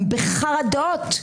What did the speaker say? הם בחרדות.